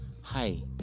Hi